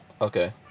Okay